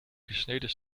gesneden